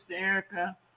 Erica